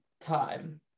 time